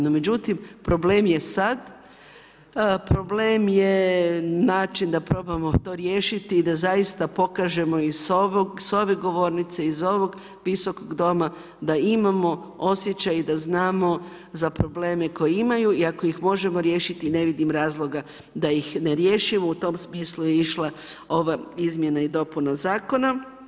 No međutim, problem je sada, problem je način da probamo to riješiti i da zaista pokažemo i s ove govornice iz ovog Visokog doma da imamo osjećaj i da znamo za probleme koje imaju i ako ih možemo riješiti, ne vidim razloga da ih ne riješimo i u tom smislu je išla ova izmjena i dopuna zakona.